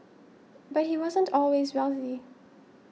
but he wasn't always wealthy